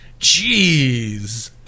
Jeez